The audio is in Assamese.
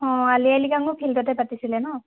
অঁ আলি আয়েঃ লৃগাঙো ফিল্ডতে পাতিছিলে ন